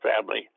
family